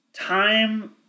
time